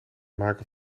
maken